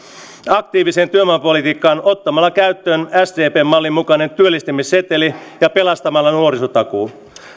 aktiivinen työvoimapolitiikka ottamalla käyttöön sdpn mallin mukainen työllistämisseteli ja pelastamalla nuorisotakuu arvoisa